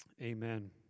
Amen